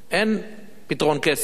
אין פתרון קסם.